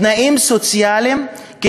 תנאים סוציאליים,